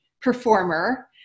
performer